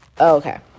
Okay